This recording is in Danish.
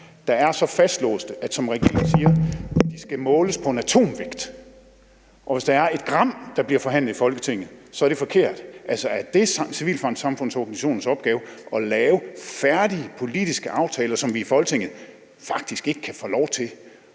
de, som regeringen siger, skal måles på en atomvægt, og hvis der er ét gram, der bliver forhandlet i Folketinget, så er det forkert? Altså, er det civilsamfundsorganisationernes opgave at lave færdige politiske aftaler, som vi i Folketinget faktisk ikke kan få lov til